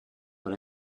but